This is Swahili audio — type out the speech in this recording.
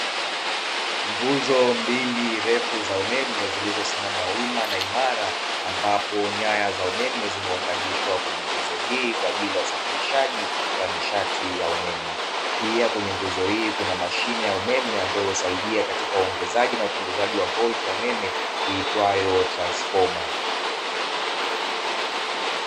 Nguzo mbili refu za umeme zilizosimama wima na imara, ambapo nyaya za umeme zimeunganishwa kwenye nguzo hii, kwaajili ya usafirishaji wa nishati ya umeme. Pia kwenye nguzo hii kuna mashine ya umeme ambayo husaidia katika uongezaji na upunguzaji wa volti ya umeme iitwayo Transifoma.